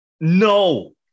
No